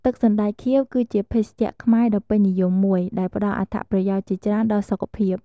ទឹកសណ្ដែកខៀវ គឺជាភេសជ្ជៈខ្មែរដ៏ពេញនិយមមួយ ដែលផ្តល់អត្ថប្រយោជន៍ជាច្រើនដល់សុខភាព។